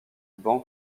ban